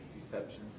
Deception